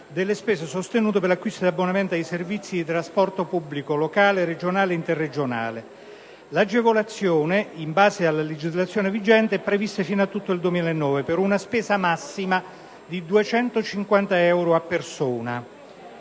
delle spese sostenute per l'acquisto di abbonamenti ai servizi di trasporto pubblico locale, regionale e interregionale. L'agevolazione, in base alla legislazione vigente, è prevista fino a tutto il 2009, per una spesa massima di 250 euro a persona.